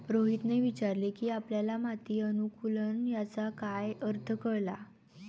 रोहितने विचारले की आपल्याला माती अनुकुलन याचा काय अर्थ कळला?